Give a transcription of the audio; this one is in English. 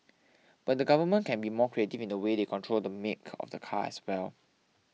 but the government can be more creative in the way they control the make of the car as well